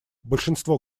большинство